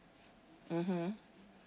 mmhmm